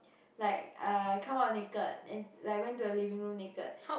like err come out naked and like went to the living room naked